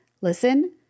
listen